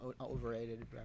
overrated